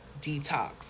detox